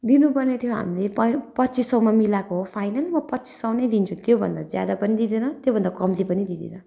दिनुपर्ने थियो हामीले पय पच्चिस सौमा मिलाएको हो फाइनल म पच्चिस सौ नै दिन्छु त्योभन्दा ज्यादा पनि दिँदिनँ त्योभन्दा कम्ती पनि दिँदिनँ